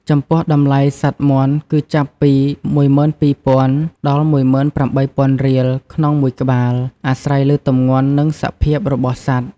ចំពោះតម្លៃសត្វមាន់គឺចាប់ពី ១២,០០០ ដល់ ១៨,០០០ រៀលក្នុងមួយក្បាល អាស្រ័យលើទម្ងន់ និងសភាពរបស់សត្វ។